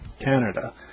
Canada